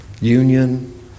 Union